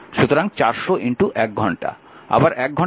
সুতরাং 400 1 ঘন্টা